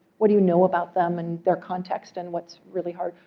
what do you know about them and their context and what's really hard?